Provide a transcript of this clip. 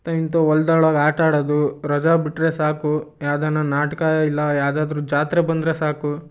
ಮತ್ತು ಇಂಥ ಹೊಲ್ದೊಳಗ್ ಆಟ ಆಡೋದು ರಜಾ ಬಿಟ್ಟರೆ ಸಾಕು ಯಾವ್ದಾರ ನಾಟಕ ಇಲ್ಲ ಯಾವುದಾದ್ರೂ ಜಾತ್ರೆ ಬಂದರೆ ಸಾಕು